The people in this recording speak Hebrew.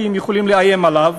כי הם יכולים לאיים עליו.